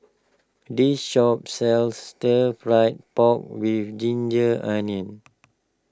this shop sells Stir Fried Pork with Ginger Onions